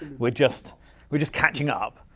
we're just we're just catching up.